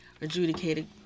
adjudicated